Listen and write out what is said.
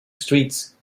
streets